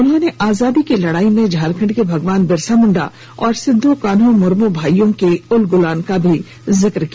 उन्होंने आजादी की लड़ाई में झारखंड के भगवान बिरसा मुंडा और सिद्दो कान्हो मुर्म भाईयों के उलगुलान का भी जिक्र किया